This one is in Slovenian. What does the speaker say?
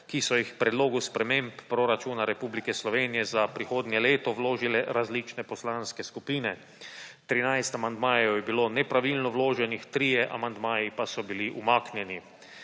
ki so jih k predlogu sprememb proračuna Republike Slovenije za prihodnje leto vložile različne poslanske skupine. 13 amandmajev je bilo nepravilno vloženih, trije amandmaji pa so bili umaknjeni.